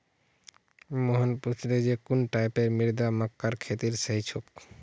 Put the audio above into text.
मोहन पूछले जे कुन टाइपेर मृदा मक्कार खेतीर सही छोक?